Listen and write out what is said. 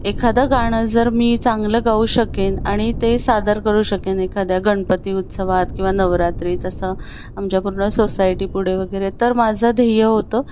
एखादा गाणं जर मी चांगलं गाऊ शकेन आणि ते सादर करू शकेन एखाद्या गणपती उत्सवात किंवा नवरात्रीत असं आमच्या पूर्ण सोसायटीपुढे वगैरे तर माझं ध्येय होतं